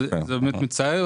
זה באמת מצער,